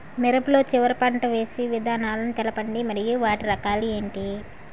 మిరప లో చివర పంట వేసి విధానాలను తెలపండి మరియు వాటి రకాలు ఏంటి